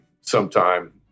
sometime